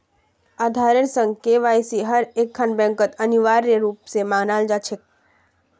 आधारेर संग केवाईसिक हर एकखन बैंकत अनिवार्य रूप स मांगाल जा छेक